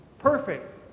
perfect